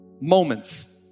Moments